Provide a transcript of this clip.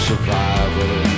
Survival